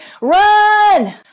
run